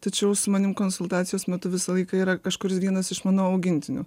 tačiau su manim konsultacijos metu visą laiką yra kažkuris vienas iš mano augintinių